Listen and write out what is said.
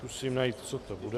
Zkusím najít, co to bude.